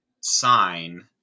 sign